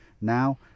now